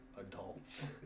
adults